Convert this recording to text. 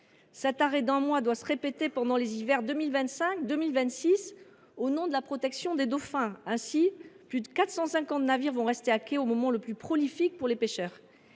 Cet arrêt d’un mois doit se répéter pendant les hivers de 2025 et 2026 au nom de la protection des dauphins. Ainsi, plus de 450 navires resteront à quai pendant la période la plus propice pour les pêcheurs.